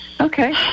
okay